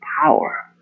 power